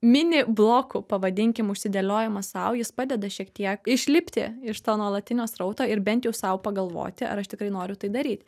mini blokų pavadinkim užsidėliojimas sau jis padeda šiek tiek išlipti iš to nuolatinio srauto ir bent jau sau pagalvoti ar aš tikrai noriu tai daryt